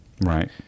right